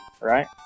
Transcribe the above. right